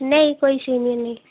नहीं कोई इसू नहीं है